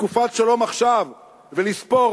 מתקופת "שלום עכשיו" ולספור.